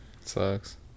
Sucks